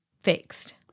fixed